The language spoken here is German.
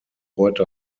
heute